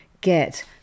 get